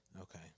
Okay